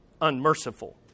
unmerciful